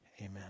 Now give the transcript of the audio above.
Amen